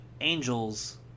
angels